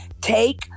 take